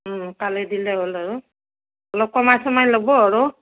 কালি দিলে হ'ল আৰু অলপ কমাই চমাই ল'ব আৰু